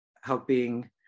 helping